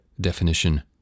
Definition